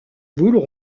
boules